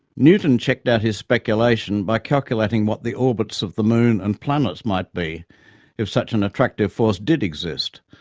newton checked out his speculation by calculating what the orbits of the moon and planets might be if such an attractive force did exist,